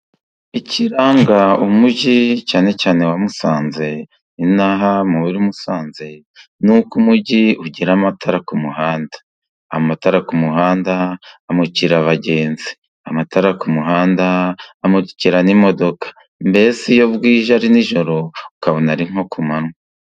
Ikiranga umujyi cyane cyane wa Musanze ,in'aha muri Musanze n'uko uko umujyi ugira amatara ku muhanda, amatara ku muhanda amukira abagenzi, amatara ku muhanda amukira n'imodoka, mbese iyo bwije ari nijoro ukabona ari nko ku manywa.